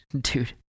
Dude